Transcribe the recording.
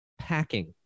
Packing